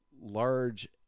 large